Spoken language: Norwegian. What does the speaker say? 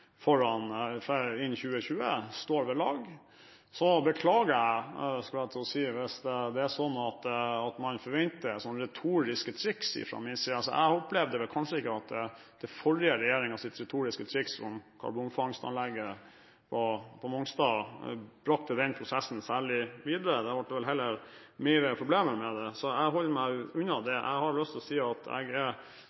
innen 2020 står ved lag. Jeg beklager hvis det er slik at man forventer retoriske triks fra min side. Jeg opplevde vel ikke at den forrige regjeringens retoriske triks om karbonfangstanlegget på Mongstad brakte denne prosessen særlig videre. Det ble vel heller flere problemer ved det. Så jeg holder meg unna